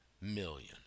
million